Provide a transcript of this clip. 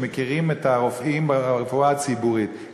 שמכירים את הרופאים ברפואה הציבורית,